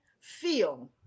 feel